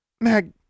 Mag